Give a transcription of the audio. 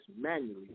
manually